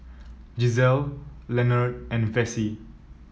Gisele Lenord and Vessie